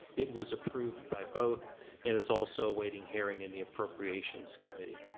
it was approved by both and is also a waiting hearing in the appropriations committee.